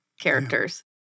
characters